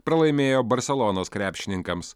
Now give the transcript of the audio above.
pralaimėjo barselonos krepšininkams